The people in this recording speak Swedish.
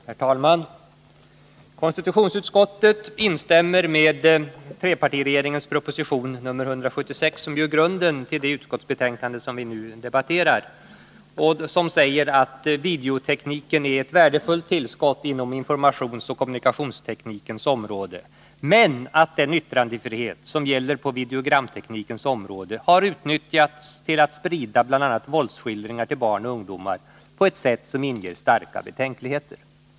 Herr talman! Konstitutionsutskottet instämmer med trepartiregeringens proposition nr 176, som ju är grunden till det utskottsbetänkande som vi nu debatterar och som säger att videotekniken är ett värdefullt tillskott inom informationsoch kommunikationsteknikens område men att den yttrandefrihet som gäller på videogramteknikens område har utnyttjats till att sprida bl.a. våldsskildringar till barn och ungdomar på ett sätt som inger starka betänkligheter.